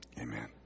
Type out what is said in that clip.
amen